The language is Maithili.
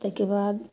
ताहिके बाद